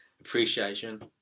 Appreciation